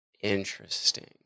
Interesting